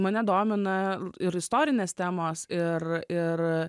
mane domina ir istorinės temos ir ir